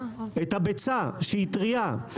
הביצה שהיא טרייה,